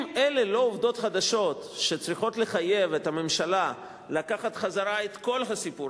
אם אלה לא עובדות חדשות שצריכות לחייב את הממשלה לקחת חזרה את כל הסיפור